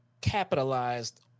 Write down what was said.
capitalized